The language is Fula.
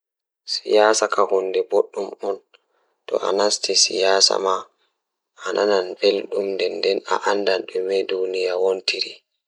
Eey, ko laawol ngam jeyɓe ɓe waɗi wuro laawol, ɗum ko woni sabu hoore rewɓe ngal. Ko yowita e laawol ngal, sabu ko nguurndam e hoore ɓe njifti ngal. Kono, kadi fowru e nder rewɓe ɗiɗi, sabu e baɗte fowru ngal.